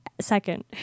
second